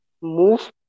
move